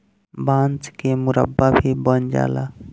बांस के मुरब्बा भी बन जाला